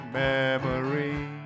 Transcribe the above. memory